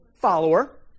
Follower